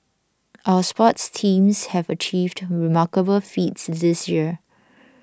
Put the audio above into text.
our sports teams have achieved remarkable feats this year